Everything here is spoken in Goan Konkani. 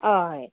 होय